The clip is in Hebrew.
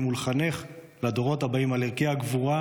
ולחנך את הדורות הבאים על ערכי הגבורה,